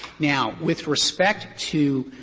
now, with respect to